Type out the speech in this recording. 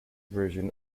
version